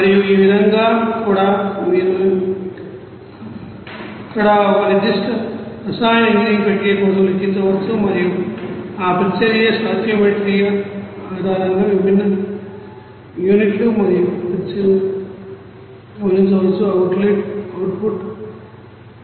మరియు ఈ విధంగా కూడా మీరు అక్కడ ఒక నిర్దిష్ట రసాయన ఇంజనీరింగ్ ప్రక్రియ కోసం లెక్కించవచ్చు మరియు ఆ ప్రతిచర్య స్టోయికియోమెట్రీ ఆధారంగా విభిన్న యూనిట్లు మరియు ప్రతిచర్యలను గుర్తించవచ్చు అవుట్పుట్ ఎలా ఉంటుందో ఇన్పుట్ ఎలా ఉంటుంది